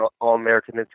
all-American